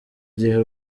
gihe